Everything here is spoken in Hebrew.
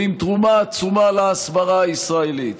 ועם תרומה עצומה להסברה הישראלית.